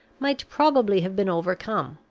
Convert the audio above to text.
might probably have been overcome.